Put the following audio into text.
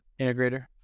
integrator